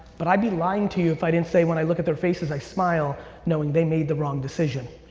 but i'd be lying to you if i didn't say when i look at their faces, i smile knowing they made the wrong decision.